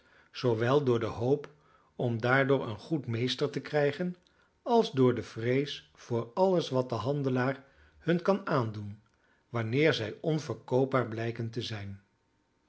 zoowel door de hoop om daardoor een goed meester te krijgen als door de vrees voor alles wat de handelaar hun kan aandoen wanneer zij onverkoopbaar blijken te zijn